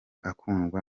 akundwa